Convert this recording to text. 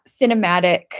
cinematic